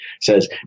says